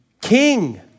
King